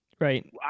Right